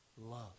love